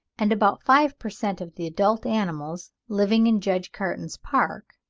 and about five per cent. of the adult animals living in judge caton's park,